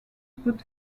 put